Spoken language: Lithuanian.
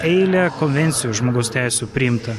eilė konvencijų žmogaus teisių priimta